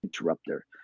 interrupter